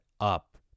up